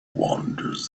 wanders